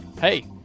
Hey